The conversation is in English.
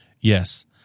Yes